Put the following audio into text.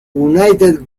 united